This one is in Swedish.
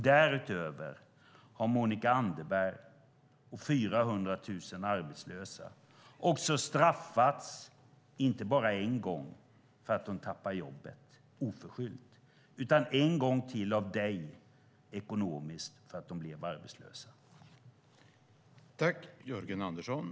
Därutöver har Monica Anderberg och 400 000 arbetslösa straffats inte bara en gång för att de oförskyllt tappat sina jobb utan en gång till ekonomiskt av Anders Borg för att de blev arbetslösa.